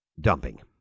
Dumping